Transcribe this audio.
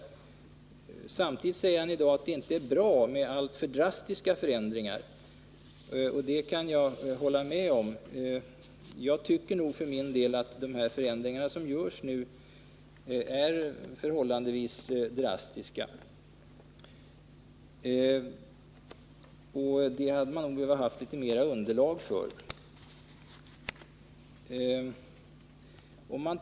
Samtidigt säger han i dag att det inte är bra med alltför drastiska förändringar, och det kan jag hålla med om. Jag tycker ändå för min del att de förändringar som föreslås nu är förhållandevis drastiska, och man hade nog behövt ha litet mera underlag för detta.